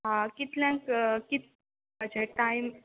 आं कितल्यांक कित पाचें टायम